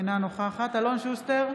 אינה נוכחת אלון שוסטר,